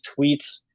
tweets